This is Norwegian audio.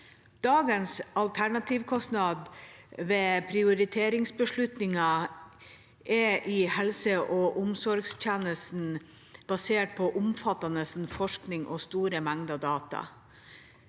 Dagens alternativkostnad for prioriteringsbeslutninger er i helse- og omsorgstjenesten basert på omfattende forskning og store mengder data.